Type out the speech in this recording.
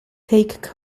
take